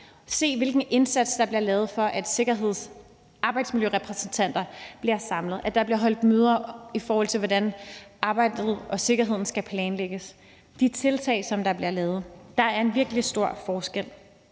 Se, hvilken indsats der bliver gjort for, at arbejdsmiljørepræsentanter bliver samlet, og for, at der bliver holdt møder, i forhold til hvordan arbejdet og sikkerheden skal planlægges. Der er en virkelig stor forskel